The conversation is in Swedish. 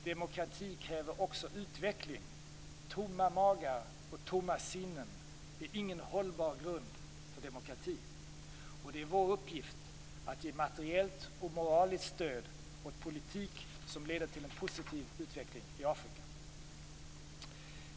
Demokrati kräver också utveckling. Tomma magar och tomma sinnen är ingen hållbar grund för demokrati. Det är vår uppgift att ge materiellt och moraliskt stöd åt en politik som leder till en positiv utveckling i Afrika.